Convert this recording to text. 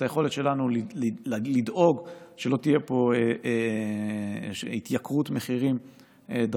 את היכולת שלנו לדאוג שלא תהיה פה עליית מחירים דרמטית,